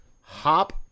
Hop